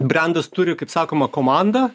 brendas turi kaip sakoma komandą